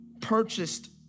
purchased